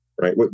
right